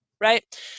Right